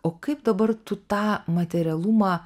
o kaip dabar tu tą materialumą